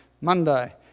Monday